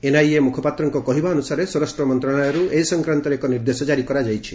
NIA ମୁଖପାତ୍ରଙ୍କ କହିବା ଅନୁସାରେ ସ୍ୱରାଷ୍ଟ୍ର ମନ୍ତ୍ରଣାଳୟରୁ ଏ ସଂକ୍ରାନ୍ତରେ ଏକ ନିର୍ଦ୍ଦେଶ କାରି କରାଯାଇଛି